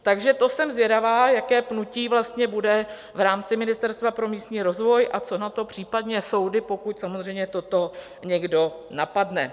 Tak to jsem zvědavá, jaké pnutí vlastně bude v rámci Ministerstva pro místní rozvoj a co na to případně soudy, pokud samozřejmě toto někdo napadne.